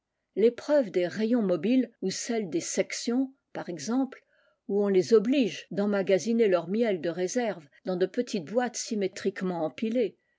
l'épreuve des rayons mobiles ou celle des sections par exepaple où on les oblige d'emmaganiser leur miel de réserve dans de petites boîtes symétriquement empilées